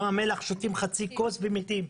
בים המלח שותים חצי כוס מים ומתים.